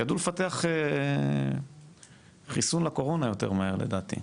ידעו לפתח חיסון לקורונה יותר מהר לדעתי.